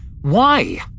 Why